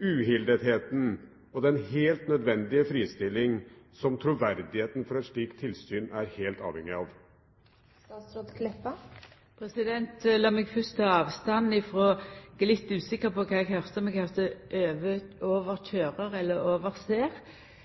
uhildetheten og den helt nødvendige fristillingen som troverdigheten for et slikt tilsyn er helt avhengig av? Eg er litt usikker på kva eg høyrde, om eg høyrde «overkjører» eller «overser», men